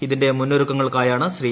ഇതിന്റെ മുന്നൊരുക്കങ്ങൾക്കായാണ് ശ്രീ